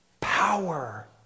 power